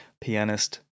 pianist